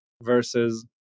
versus